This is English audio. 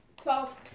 Twelve